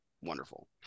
wonderful